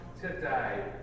today